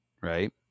right